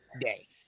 day